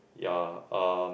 ya uh